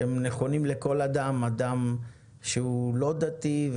שהם נכונים לכל אדם אדם שהוא לא דתי,